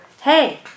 Hey